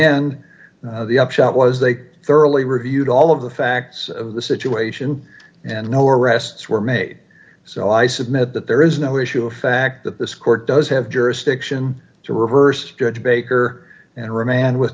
end the upshot was they thoroughly reviewed all of the facts of the situation and no arrests were made so i submit that there is no issue of fact that this court does have jurisdiction to reverse judge baker and remand with